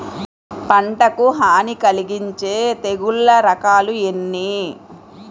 పంటకు హాని కలిగించే తెగుళ్ళ రకాలు ఎన్ని?